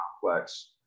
complex